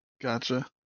Gotcha